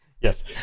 yes